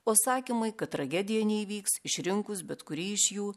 o sakymai kad tragedija neįvyks išrinkus bet kurį iš jų